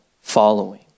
following